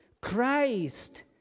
Christ